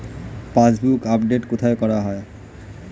Passbook update কোথায় করা হয়?